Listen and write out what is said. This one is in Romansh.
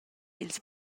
ils